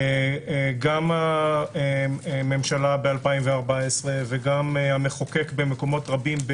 גם הממשלה ב-2014 וגם המחוקק במקומות רבים,